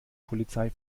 polizei